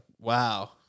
wow